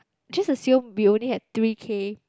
just assume we only have three K